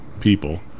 people